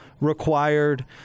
required